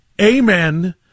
Amen